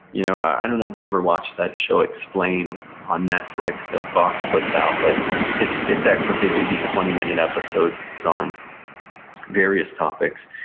you know i don't know if you ever watched that show explained on netflix that vox puts out, but it's it's excellent, they do these twenty minute episodes on various topics,